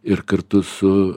ir kartu su